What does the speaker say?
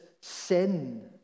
sin